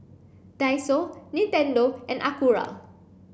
Daiso Nintendo and Acura